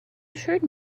assured